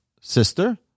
sister